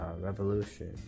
revolution